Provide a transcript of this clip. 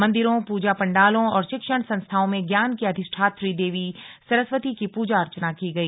मंदिरों पूजा पंडालों और शिक्षण संस्थाओं में ज्ञान की अधिष्ठात्री देवी सरस्वती की पूजा अर्चना की गई